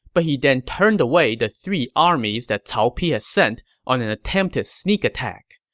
but he then turned away the three armies that cao pi sent on an attempted sneak attack.